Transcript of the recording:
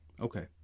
Okay